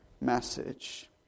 message